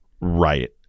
Right